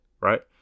right